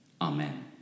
Amen